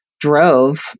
drove